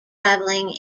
travelling